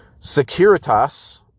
Securitas